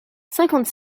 cinquante